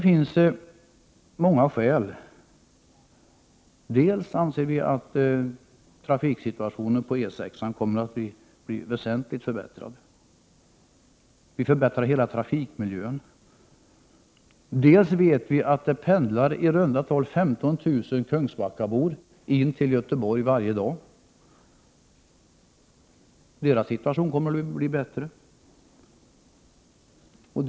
Vi anser dels att trafiksituationen på E 6 kommer att bli väsentligt förbättrad — hela trafikmiljön förbättras, dels vet vi att ungefär 15 000 kungsbackabor pendlar till Göteborg varje dag. Deras situation kommer att bli bättre.